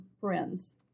friends